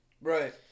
Right